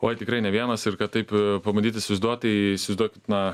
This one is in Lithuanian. oi tikrai ne vienas ir kad taip pabandyt įsivaizduot tai įsivaizduokit na